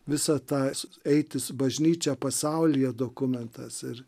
visa tas eiti su bažnyčia pasaulyje dokumentas ir